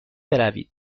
بروید